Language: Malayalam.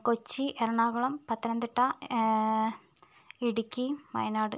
കൊച്ചി എറണാകുളം പത്തനംതിട്ട ഇടുക്കി വയനാട്